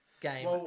game